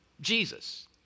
Jesus